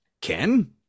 Ken